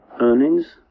earnings